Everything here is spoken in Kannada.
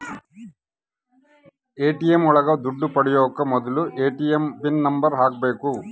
ಎ.ಟಿ.ಎಂ ಒಳಗ ದುಡ್ಡು ಪಡಿಯೋಕೆ ಮೊದ್ಲು ಎ.ಟಿ.ಎಂ ಪಿನ್ ನಂಬರ್ ಹಾಕ್ಬೇಕು